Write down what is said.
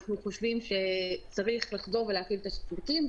אנחנו חושבים שצריך לחזור ולהפעיל את השווקים,